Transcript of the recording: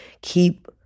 keep